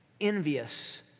envious